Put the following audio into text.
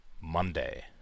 Monday